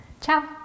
Ciao